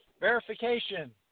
verification